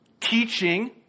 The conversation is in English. teaching